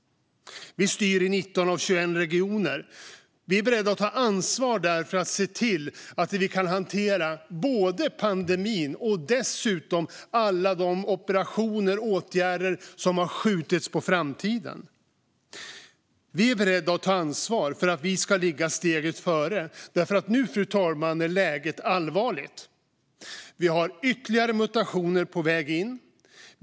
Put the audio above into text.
Vi styr i 19 av 21 regioner. Vi är beredda att ta ansvar där för att se till att vi kan hantera både pandemin och alla de operationer och åtgärder som har skjutits på framtiden. Vi är beredda att ta ansvar för att vi ska ligga steget före, för nu, fru talman, är läget allvarligt. Vi har ytterligare mutationer på väg in.